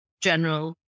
general